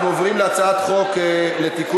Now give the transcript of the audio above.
אנחנו עוברים להצעת חוק לתיקון,